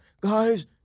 guys